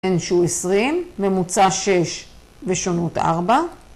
אין שהוא 20, ממוצע 6, ושונות 4.